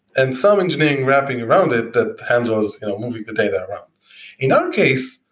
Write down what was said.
and some engineering wrapping around it that handles moving the data around in our case,